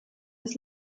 des